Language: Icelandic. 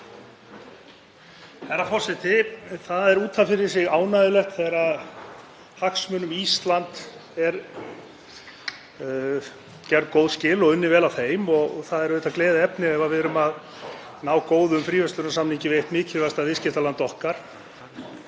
Það er út af fyrir sig ánægjulegt þegar hagsmunum Íslands eru gerð góð skil og unnið vel að þeim og auðvitað gleðiefni ef við erum að ná góðum fríverslunarsamningi við eitt mikilvægasta viðskiptaland okkar.